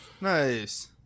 Nice